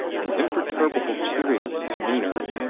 an imperturbable cheeriness of demeanor.